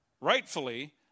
rightfully